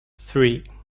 three